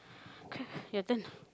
your turn